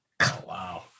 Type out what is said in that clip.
wow